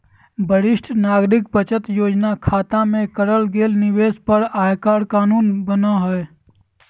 वरिष्ठ नागरिक बचत योजना खता में करल गेल निवेश पर आयकर कानून बना हइ